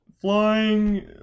flying